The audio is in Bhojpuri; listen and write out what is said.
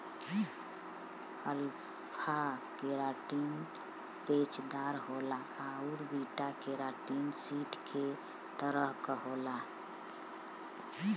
अल्फा केराटिन पेचदार होला आउर बीटा केराटिन सीट के तरह क होला